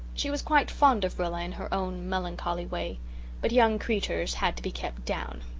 she was quite fond of rilla in her own melancholy way but young creeturs had to be kept down.